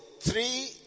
three